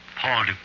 Paul